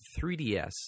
3DS